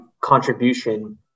contribution